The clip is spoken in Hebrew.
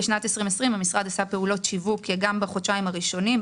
בשנת 2020 המשרד עלה פעולות שיווק גם בחודשיים הראשונים,